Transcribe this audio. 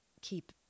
keep